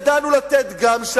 תצטרך להוסיף לי זמן,